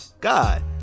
God